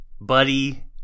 buddy